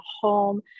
home